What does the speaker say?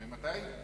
ממתי?